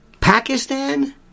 Pakistan